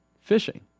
Fishing